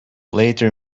later